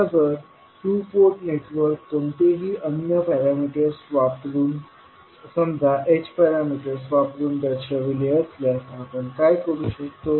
आता जर two port network कोणतेही अन्य पॅरामीटर्स वापरुन समजा h पॅरामीटर्स वापरुन दर्शवले असल्यास आपण काय करू शकतो